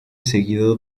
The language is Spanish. seguido